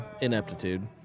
ineptitude